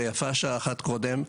ויפה שעה אחת קודם.